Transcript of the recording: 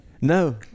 No